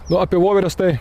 lapė voverės tai